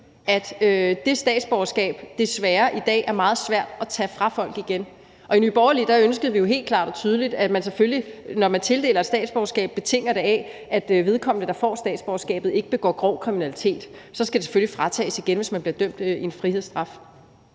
at det statsborgerskab desværre i dag er meget svært at tage fra folk igen. Og i Nye Borgerlige ønskede vi jo helt klart og tydeligt, at man selvfølgelig, når man tildeler et statsborgerskab, betinger det af, at vedkommende, der får statsborgerskabet, ikke begår grov kriminalitet. Så skal det selvfølgelig fratages igen, hvis man bliver idømt en frihedsstraf.